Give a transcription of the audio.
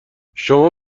شما